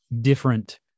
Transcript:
different